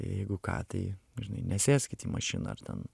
jeigu ką tai žinai nesėskit į mašiną ar ten